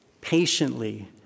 patiently